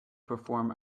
perform